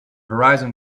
horizon